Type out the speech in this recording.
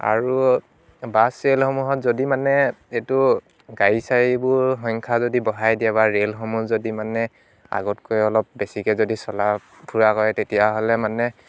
আৰু বাছ ৰেলসমূহত যদি মানে এইটো গাড়ী চাড়ীবোৰ সংখ্যা যদি বঢ়াই দিয়ে বা ৰেলসমূহ যদি মানে আগতকৈ অলপ বেছিকৈ যদি চলা ফুৰা কৰে তেতিয়া হ'লে মানে